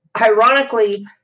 ironically